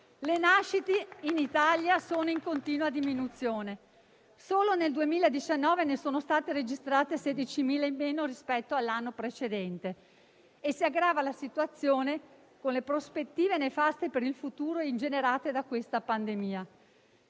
Le nascite in Italia sono in continua diminuzione: solo nel 2019 ne sono state registrate 16.000 in meno rispetto all'anno precedente e si aggrava la situazione con le prospettive nefaste per il futuro ingenerate da questa pandemia.